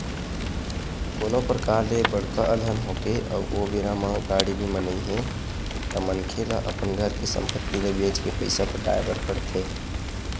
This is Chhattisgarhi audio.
कोनो परकार ले बड़का अलहन होगे अउ ओ बेरा म गाड़ी बीमा नइ हे ता मनखे ल अपन घर के संपत्ति ल बेंच के पइसा पटाय बर पड़थे